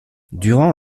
durant